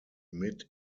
mit